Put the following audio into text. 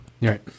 Right